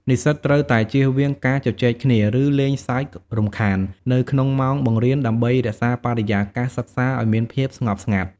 និស្សិតត្រូវតែ ជៀសវាងការជជែកគ្នា ឬលេងសើចរំខាន នៅក្នុងម៉ោងបង្រៀន ដើម្បីរក្សាបរិយាកាសសិក្សាឱ្យមានភាពស្ងប់ស្ងាត់។